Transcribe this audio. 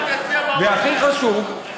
והכי חשוב,